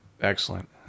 Excellent